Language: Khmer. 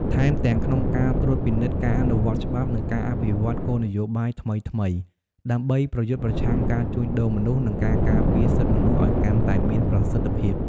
ថែមទាំងក្នុងការត្រួតពិនិត្យការអនុវត្តច្បាប់ និងការអភិវឌ្ឍគោលនយោបាយថ្មីៗ ដើម្បីប្រយុទ្ធប្រឆាំងការជួញដូរមនុស្ស និងការពារសិទ្ធិមនុស្សឲ្យកាន់តែមានប្រសិទ្ធភាព។